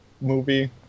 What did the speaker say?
movie